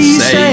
say